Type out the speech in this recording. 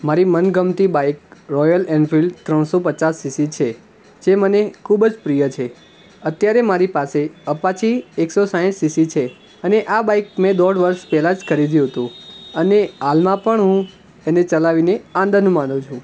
મારી મનગમતી bike Royal Enfield ત્રણસો પચાસ સીસી છે જે મને ખૂબ જ પ્રિય છે અત્યારે મારી પાસે અપાચી એકસો સાઠ સી સી છે અને આ બાઈકને દોઢ વર્ષ પહેલાં જ ખરીદ્યું હતું અને હાલમાં પણ હું એને ચલાવીને આનંદ માણું છું